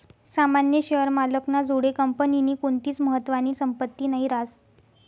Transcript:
सामान्य शेअर मालक ना जोडे कंपनीनी कोणतीच महत्वानी संपत्ती नही रास